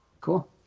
Cool